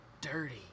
dirty